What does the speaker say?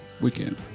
Weekend